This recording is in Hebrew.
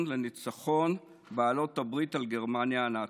לניצחון בעלות הברית על גרמניה הנאצית.